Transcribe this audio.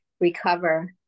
recover